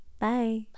Bye